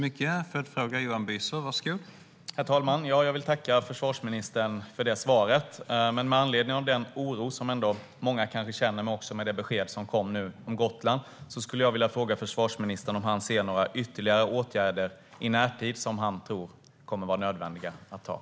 Herr talman! Jag vill tacka försvarsministern för detta svar. Men med anledning av den oro som många kanske känner även med det besked som nu har kommit om Gotland skulle jag vilja fråga försvarsministern om han ser några ytterligare åtgärder i närtid som han tror kommer att vara nödvändiga att vidta.